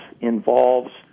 involves